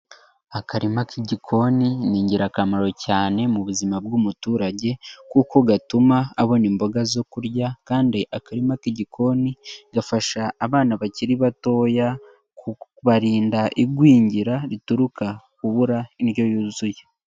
Akarima k'igikoni ni ingirakamaro cyane mu buzima bw'umuturage, kuko gatuma abona imboga zo kurya kandi akarima k'igikoni gafasha abana bakiri batoya kubarinda igwingira rituruka kubura indyo yuzuye.